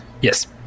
Yes